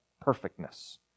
perfectness